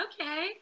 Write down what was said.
okay